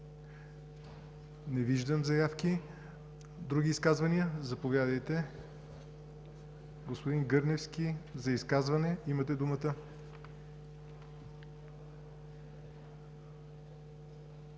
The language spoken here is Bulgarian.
Не виждам заявки. Други изказвания? Заповядайте, господин Гърневски, за изказване. Имате думата.